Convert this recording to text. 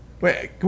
Wait